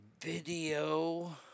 Video